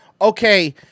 okay